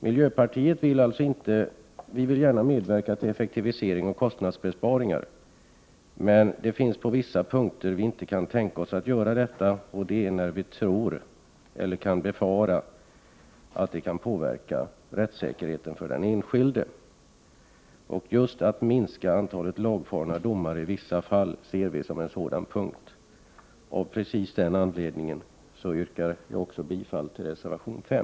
Miljöpartiet vill gärna medverka till effektivisering och kostnadsbesparingar, men på vissa punkter kan vi inte tänka oss att göra detta, och det är när vi kan befara att det kan påverka rättssäkerheten för den enskilde. Att just minska antalet lagfarna domare i vissa fall ser vi som en sådan punkt. Av den anledningen yrkar jag bifall också till reservation nr 5.